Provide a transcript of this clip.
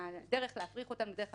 הדרך להפריך אותן היא בדרך כלל